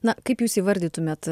na kaip jūs įvardytumėt